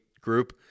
group